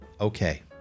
Okay